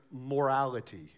morality